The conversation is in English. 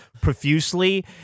profusely